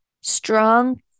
strong